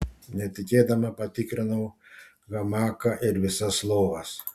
netikėdama patikrinau hamaką ir visas lovas